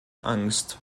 angst